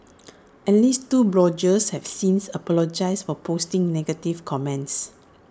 at least two bloggers have since apologised for posting negative comments